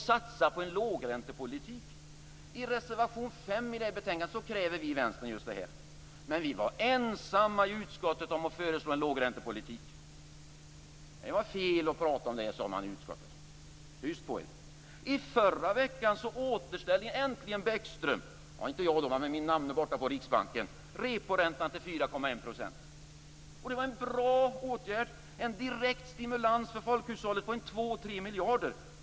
Satsa på en lågräntepolitik. I reservation 5 i betänkandet kräver vi just detta. Men vi var ensamma i utskottet att föreslå en lågräntepolitik. Det var fel att prata om det, sade man i utskottet, tyst på er. I förra veckan återställde äntligen Bäckström - det var inte jag utan min namne borta i Riksbanken - reporäntan till 4,1 %. Det var en bra åtgärd, en direkt stimulans för folkhushållet på 2-3 miljarder.